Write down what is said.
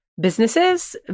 businesses